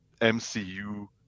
mcu